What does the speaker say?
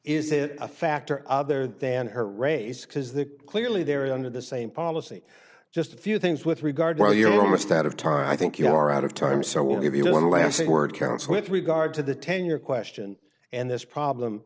is it a factor other than her race because they clearly they're under the same policy just a few things with regard while you're a stat of time i think you are out of time so i will give you one last word counts with regard to the tenure question and this problem